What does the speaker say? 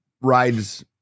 rides